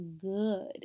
good